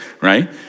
right